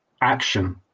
action